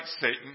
Satan